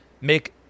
make